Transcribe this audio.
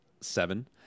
seven